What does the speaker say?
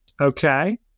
Okay